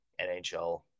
NHL